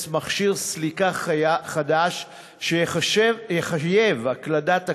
מכשיר סליקה חדש שיחייב את הקלדת הקוד,